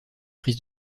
prise